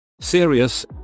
Serious